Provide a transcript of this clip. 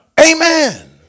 Amen